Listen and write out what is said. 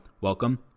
welcome